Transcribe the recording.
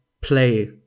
play